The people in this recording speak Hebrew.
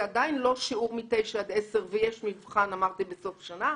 זה עדיין לא שיעור מ-09:00 עד 10:00 ויש מבחן בסוף שנה,